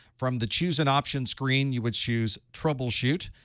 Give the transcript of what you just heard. from the choose an option screen, you would choose troubleshoot.